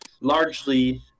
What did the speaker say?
largely